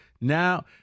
Now